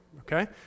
okay